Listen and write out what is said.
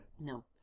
No